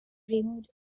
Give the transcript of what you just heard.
removed